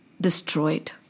destroyed